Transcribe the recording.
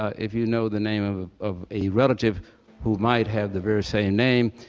if you know the name of of a relative who might have the very same name,